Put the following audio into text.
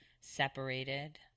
separated